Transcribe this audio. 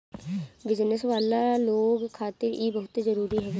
business वाला लोग खातिर इ बहुते जरुरी हवे